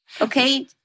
Okay